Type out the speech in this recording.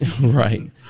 Right